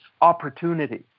opportunity